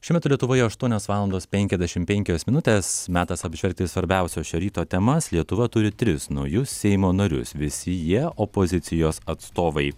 šiuo metu lietuvoje aštuonios valandos penkiasdešimt penkios minutės metas apžvelgti svarbiausias šio ryto temas lietuva turi tris naujus seimo narius visi jie opozicijos atstovai